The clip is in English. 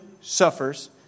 suffers